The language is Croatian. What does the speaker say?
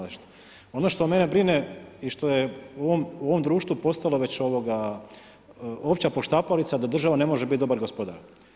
Ono što mene brine i što je u ovom društvu postalo već opća poštapalica da država ne može biti dobar gospodar.